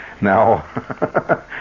Now